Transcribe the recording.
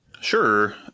Sure